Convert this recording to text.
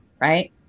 right